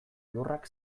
lurrak